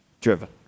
driven